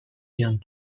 zion